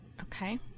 Okay